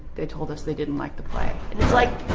they told us they didn't like the play, and it's like,